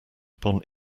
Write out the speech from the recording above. upon